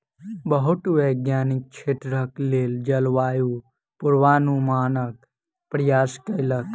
बहुत वैज्ञानिक क्षेत्रक लेल जलवायु पूर्वानुमानक प्रयास कयलक